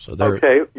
Okay